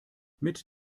mit